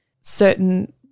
certain